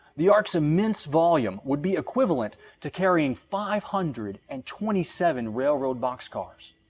the ark's immense volume would be equivalent to carrying five hundred and twenty seven railroad boxcars,